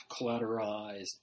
collateralized